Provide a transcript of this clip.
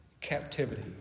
captivity